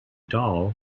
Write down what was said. doll